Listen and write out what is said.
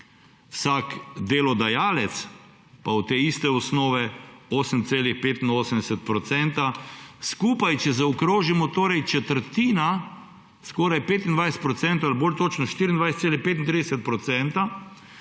vsak delodajalec pa od te iste osnove 8,85 %. Skupaj, če zaokrožimo, gre torej četrtina, skoraj 25 % ali bolj točno 24,35 %,